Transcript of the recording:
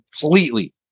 completely